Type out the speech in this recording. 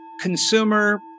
consumer